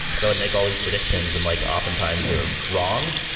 because i would make all these predictions and like oftentimes they were wrong.